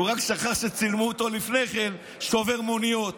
הוא רק שכח שצילמו אותו לפני כן שובר מוניות.